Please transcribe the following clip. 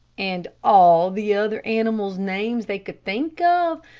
and all the other animals' names they could think of,